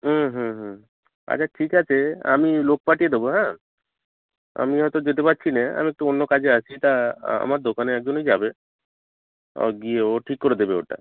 হুম হুম হুম আচ্ছা ঠিক আছে আমি লোক পাঠিয়ে দেবো হ্যাঁ আমি হয়তো যেতে পারছি না আমি একটু অন্য কাজে আছি এটা আমার দোকানের একজনই যাবে ও গিয়ে ও ঠিক করে দেবে ওটা